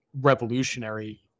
revolutionary